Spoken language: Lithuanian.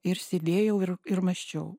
ir sėdėjau ir ir mąsčiau